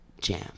jam